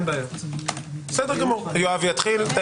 יואב יתחיל.